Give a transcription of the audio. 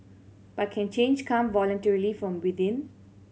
but can change come voluntarily from within